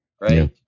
right